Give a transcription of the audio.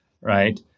right